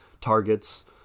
targets